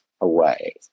away